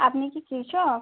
আপনি কি কৃষক